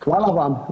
Hvala vam.